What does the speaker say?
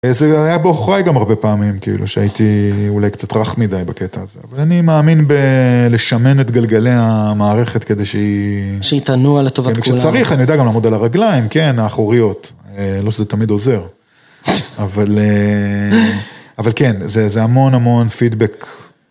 זה היה בעוכריי גם הרבה פעמים, כאילו, שהייתי אולי קצת רך מדי בקטע הזה. אבל אני מאמין בלשמן את גלגלי המערכת כדי שהיא... שהיא תנוע לטובת כולם. כשצריך אני יודע גם לעמוד על הרגליים, כן, האחוריות. לא שזה תמיד עוזר. אבל... אבל כן, זה המון המון פידבק.